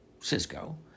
Cisco